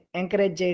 encourage